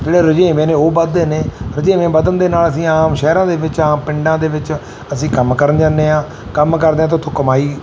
ਜਿਹੜੇ ਰੁਝੇਵੇਂ ਨੇ ਉਹ ਵਧਦੇ ਨੇ ਰੁਝੇਵੇਂ ਵਧਣ ਦੇ ਨਾਲ ਅਸੀਂ ਆਮ ਸ਼ਹਿਰਾਂ ਦੇ ਵਿੱਚ ਆਮ ਪਿੰਡਾਂ ਦੇ ਵਿੱਚ ਅਸੀਂ ਕੰਮ ਕਰਨ ਜਾਂਦੇ ਹਾਂ ਕੰਮ ਕਰਦੇ ਹਾਂ ਤਾਂ ਉੱਥੋਂ ਕਮਾਈ